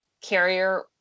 carrier